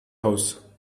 house